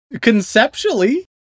conceptually